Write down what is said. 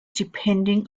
depending